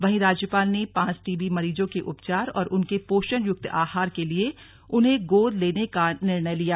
वहीं राज्यपाल ने पांच टीबी मरीजों के उपचार और उनके पोषण युक्त आहार के लिए उन्हें गोद लेने का का निर्णय लिया